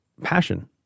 passion